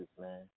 man